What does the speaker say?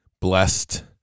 Blessed